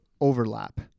overlap